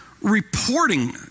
reporting